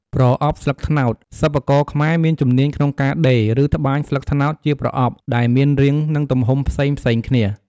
ប្រអប់ស្លឹកត្នោត សិប្បករខ្មែរមានជំនាញក្នុងការដេរ ឬត្បាញស្លឹកត្នោតជាប្រអប់ដែលមានរាង និងទំហំផ្សេងៗគ្នា។